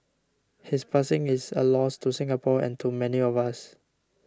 his passing is a loss to Singapore and to many of us